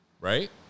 Right